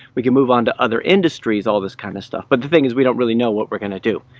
we can move on to other industries, all this kind of stuff. but the thing is, we don't really know what we're gonna do.